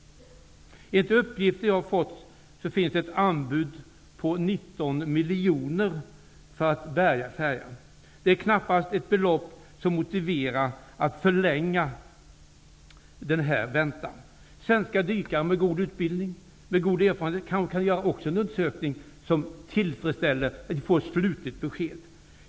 Enligt uppgifter som jag har fått finns ett anbud på 19 miljoner för att bärga färjan. Det är knappast ett belopp som motiverar att man förlänger väntan. Svenska dykare med god utbildning och erfarenhet kan också göra en undersökning som tillfredsställer, så att man kan få ett slutligt besked.